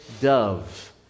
dove